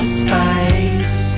space